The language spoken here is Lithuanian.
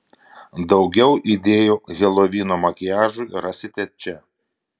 daugiau idėjų helovyno makiažui rasite čia